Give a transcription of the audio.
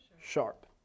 Sharp